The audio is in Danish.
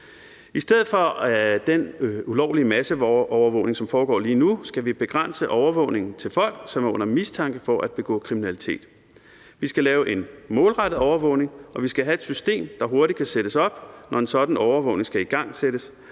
I stedet for den ulovlige masseovervågning, som foregår lige nu, skal vi begrænse overvågningen til folk, som er under mistanke for at begå kriminalitet. Vi skal lave en målrettet overvågning, og vi skal have et system, der hurtigt kan sættes op, når en sådan overvågning skal igangsættes,